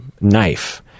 knife